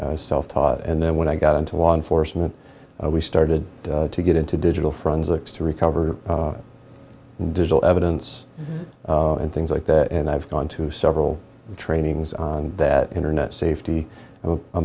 self taught and then when i got into law enforcement we started to get into digital friends looks to recover digital evidence and things like that and i've gone to several trainings on that internet safety a